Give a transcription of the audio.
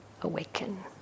awaken